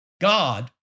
God